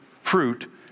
fruit